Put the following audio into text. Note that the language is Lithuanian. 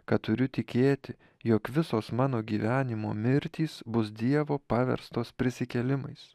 kad turiu tikėti jog visos mano gyvenimo mirtys bus dievo paverstos prisikėlimais